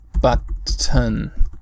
button